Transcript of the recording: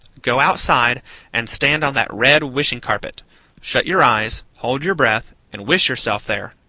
go outside and stand on that red wishing-carpet shut your eyes, hold your breath, and wish yourself there.